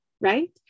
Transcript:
right